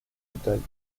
détails